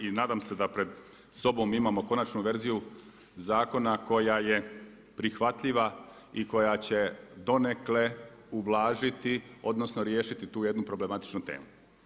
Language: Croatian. I nadam se da pred sobom imamo konačnu verziju zakona koja je prihvatljiva i koja će donekle ublažiti, odnosno riješiti tu jednu problematičnu temu.